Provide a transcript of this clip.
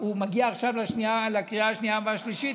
הוא מגיע עכשיו לקריאה השנייה והשלישית,